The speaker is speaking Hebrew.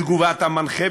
בתגובה אתה מנחה,